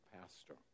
pastor